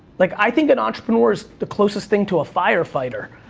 like, i think an entrepreneur is the closest thing to a firefighter,